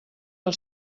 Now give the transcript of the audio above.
del